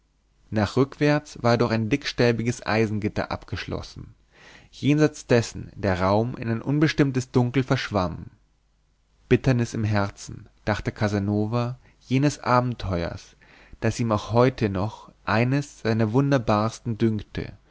nach rückwärts war er durch ein dickstäbiges eisengitter abgeschlossen jenseits dessen der raum in ein unbestimmtes dunkel verschwamm bitternis im herzen dachte casanova jenes abenteuers das ihm auch heute noch eines seiner wunderbarsten dünkte